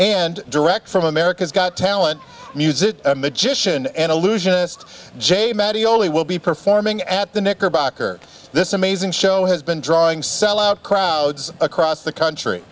and direct from america's got talent music a magician and illusionist jay matty only will be performing at the knickerbocker this amazing show has been drawing sellout crowds across the country